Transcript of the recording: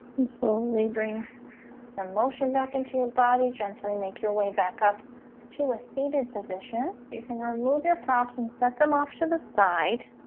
and slowly bring some motion back into your body gently make your way back up to a seated position you can remove your props and set them off to the side